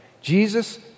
Jesus